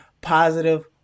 positive